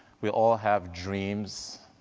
we all have dreams,